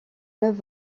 neuf